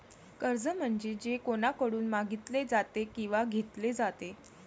कर्ज म्हणजे जे कोणाकडून मागितले जाते किंवा घेतले जाते